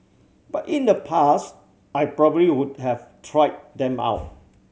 but in the past I probably would have tried them out